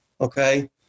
Okay